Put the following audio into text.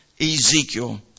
Ezekiel